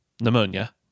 pneumonia